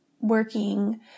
working